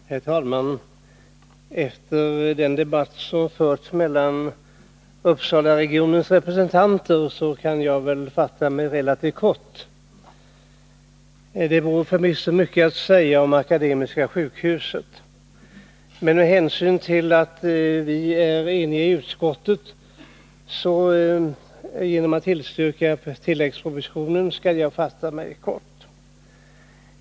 Herr talman! Efter den debatt som har förts mellan Uppsalaregionens representanter, kan jag fatta mig relativt kort. Även med hänsyn till att vi i utskottet är eniga om att tillstyrka tilläggspropositionen skall jag bli kortfattad, trots att det förvisso finns mycket att säga om Akademiska sjukhuset.